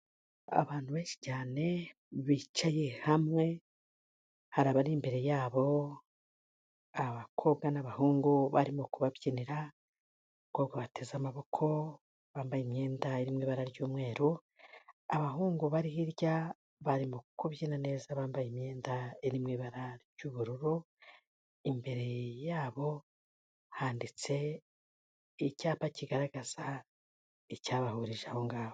Abantu benshi cyane bicaye hamwe, hari abari imbere yabo, abakobwa n'abahungu barimo kubabyinira, abakobwa bateze amaboko, bambaye imyenda iri mu ibara ry'umweru, abahungu bari hirya barimo kubyina neza bambaye imyenda iri mu ibara ry'ubururu, imbere yabo handitse icyapa kigaragaza icyabahurije aho ngaho.